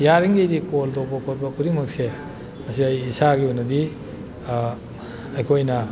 ꯌꯥꯔꯤꯒꯩꯗꯤ ꯀꯣꯜ ꯇꯧꯕ ꯈꯣꯠꯄ ꯈꯨꯗꯤꯡꯃꯛꯁꯦ ꯃꯁꯤ ꯑꯩ ꯏꯁꯥꯒꯤ ꯑꯣꯏꯅꯗꯤ ꯑꯩꯈꯣꯏꯅ